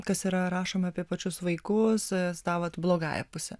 kas yra rašoma apie pačius vaikus ties tą vat blogąja puse